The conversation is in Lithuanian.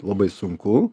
labai sunku